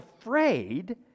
afraid